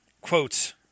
quotes